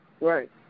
Right